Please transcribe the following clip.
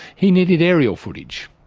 he needed aerial footage.